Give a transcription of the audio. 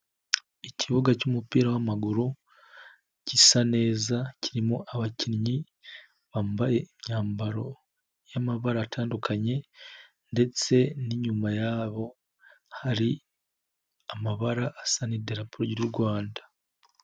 Ikibuga cy'umupira w'amaguru gisa neza kirimo abakinnyi bambaye imyambaro y'amabara atandukanye ndetse n'inyuma yabo hari amabara asa n'idarapo ry'u Rwanda.